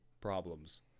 problems